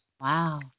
Wow